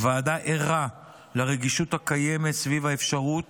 הוועדה ערה לרגישות הקיימת סביב האפשרות